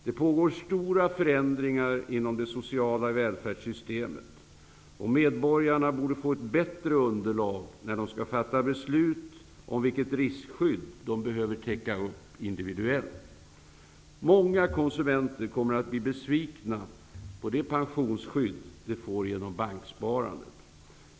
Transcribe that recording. Det pågår stora förändringar inom det sociala välfärdssystemet. Medborgarna borde få ett bättre underlag när de skall fatta beslut om vilket riskskydd de behöver täcka upp individuellt. Många konsumenter kommer att bli besvikna på det pensionsskydd de får genom banksparandet.